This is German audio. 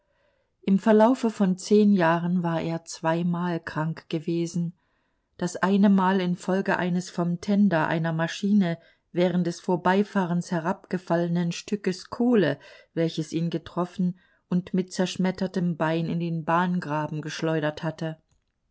im verlaufe von zehn jahren war er zweimal krank gewesen das eine mal infolge eines vom tender einer maschine während des vorbeifahrens herabgefallenen stückes kohle welches ihn getroffen und mit zerschmettertem bein in den bahngraben geschleudert hatte